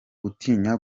gutinya